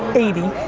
eighty,